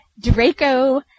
Draco